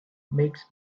makes